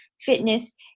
fitness